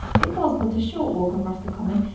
it was but a short walk across the common,